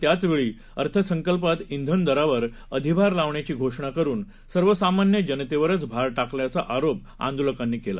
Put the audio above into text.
त्याचवेळीअर्थसंकल्पातश्वनदरावरअधिभारलावण्याचीघोषणाकरूनसर्वसामान्यजनतेवरचभारटाकल्याचाआरोपआंदोलकांनीकेला